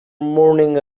mourning